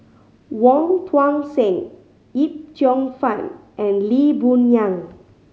Wong Tuang Seng Yip Cheong Fun and Lee Boon Yang